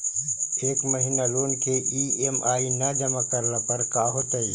एक महिना लोन के ई.एम.आई न जमा करला पर का होतइ?